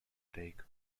take